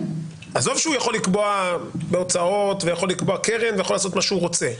עזוב שהוא יכול לקבוע הוצאות ויכול לקבוע קרן ויכול לעשות מה שהוא רוצה,